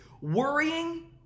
Worrying